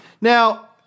Now